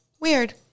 weird